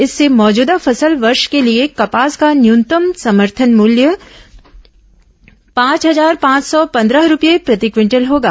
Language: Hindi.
इससे मौजूदा फसल वर्ष के लिए कपास का न्यूनतम समर्थन मूल्य पांच हजार पांच सौ पंद्रह रुपये प्रति क्विंटल होगा